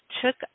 took